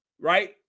right